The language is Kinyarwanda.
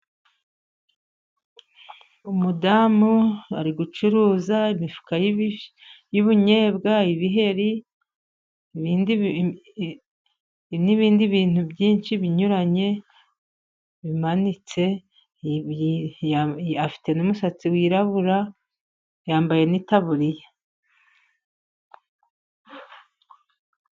Umudamu ari gucuruza imifuka y'ubunyobwa, ibiheri, n'ibindi bintu byinshi binyuranye bimanitse, afite n'umusatsi wirabura yambaye n'itaburiya.